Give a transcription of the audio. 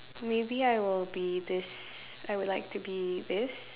maybe I will be this I would like to be this